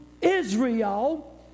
Israel